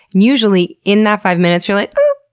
and usually in that five minutes you're like oh,